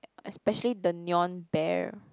especially the neon bear